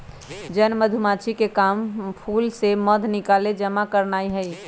जन मधूमाछिके काम फूल से मध निकाल जमा करनाए हइ